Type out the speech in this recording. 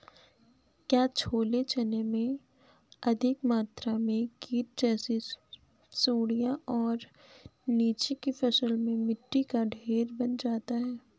क्या छोले चने में अधिक मात्रा में कीट जैसी सुड़ियां और नीचे की फसल में मिट्टी का ढेर बन जाता है?